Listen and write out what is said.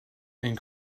and